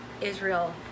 Israel